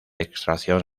extracción